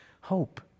hope